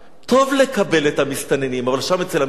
טוב לקבל את המסתננים, אבל שם, אצל המסכנים.